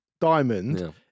diamond